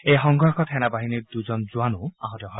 এই সংঘৰ্ষত সেনা বাহিনীৰ দুজন জোৱানো আহত হয়